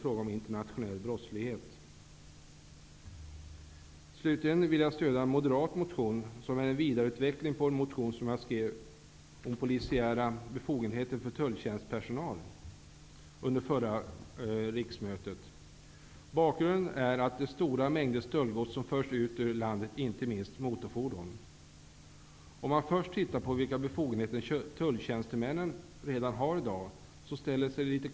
Jag vill slutligen uttrycka mitt stöd för en moderat motion som är en vidareutveckling av en motion om polisiära befogenheter för tulltjänstpersonal som jag skrev under förra riksmötet. Bakgrunden till motionen är den stora mängd stöldgods, inte minst motorfordon, som förs ut ur landet. Det verkar litet konstigt att tulltjänstemän måste kalla på polis för att gripa en biltjuv.